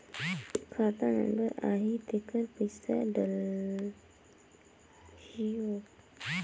खाता नंबर आही तेकर पइसा डलहीओ?